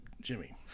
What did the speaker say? Jimmy